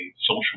social